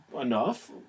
Enough